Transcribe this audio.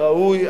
הראוי,